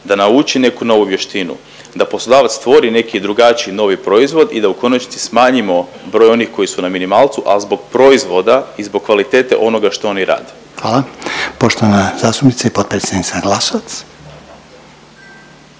da nauči neku novu vještinu, da poslodavac stvori neki drugačiji novi proizvod i da u konačnici smanjimo broj onih koji su na minimalcu, a zbog proizvoda i zbog kvalitete onoga što oni rade. **Reiner, Željko (HDZ)** Hvala. Poštovana zastupnica i potpredsjednica Glasovac.